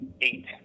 eight